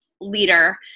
leader